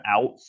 out